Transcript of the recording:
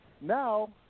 Now